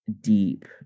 deep